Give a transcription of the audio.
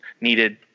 needed